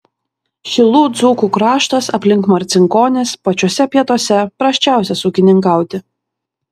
šilų dzūkų kraštas aplink marcinkonis pačiuose pietuose prasčiausias ūkininkauti